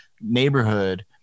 neighborhood